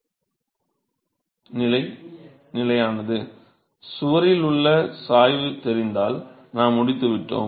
எனவே சுவரில் உள்ள சாய்வு தெரிந்தால் நாம் முடித்துவிட்டோம்